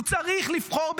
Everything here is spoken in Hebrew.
הוא צריך לבחור.